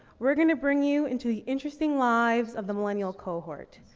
we're gonna bring you into the interesting lives of the millennial cohort.